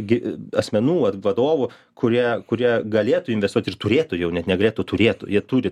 gi asmenų ar vadovų kurie kurie galėtų investuot ir turėtų jau net negalėtų o turėtų jie turi